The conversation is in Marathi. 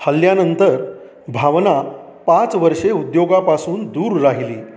हल्ल्यानंतर भावना पाच वर्षे उद्योगापासून दूर राहिली